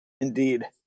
Indeed